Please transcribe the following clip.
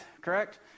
correct